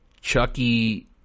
Chucky